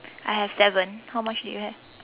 I have seven how much do you have